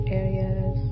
areas